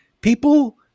people